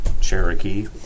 Cherokee